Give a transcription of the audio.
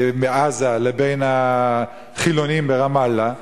בעזה לבין החילונים ברמאללה,